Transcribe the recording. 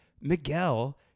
Miguel